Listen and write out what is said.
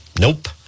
Nope